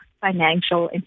financial